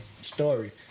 story